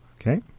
Okay